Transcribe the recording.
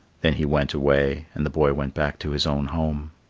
then he went away and the boy went back to his own home.